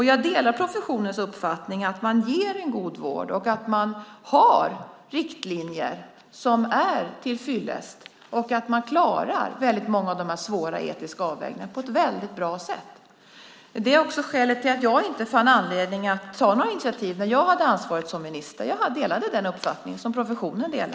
Jag delar professionens uppfattning att man ger en god vård, att man har riktlinjer som är tillfyllest och att man klarar många av de svåra etiska avvägningarna på ett bra sätt. Det är också skälet till att jag inte fann anledning att ta några initiativ när jag hade ansvaret som minister. Jag delade den uppfattning som professionen har.